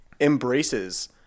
embraces